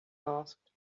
asked